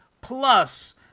plus